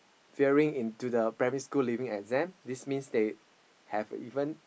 failing into the primary school leaving exam this means they have even